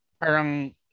Parang